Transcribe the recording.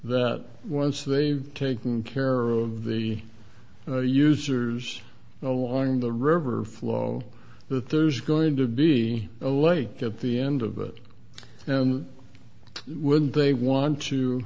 that once they've taken care of the users along the river flow that there's going to be a lake at the end of it and when they want to